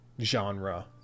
genre